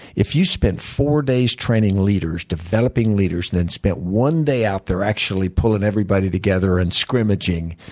if you spent four days training leaders, developing leaders, then spent one day out there actually pulling everybody together and scrimmaging,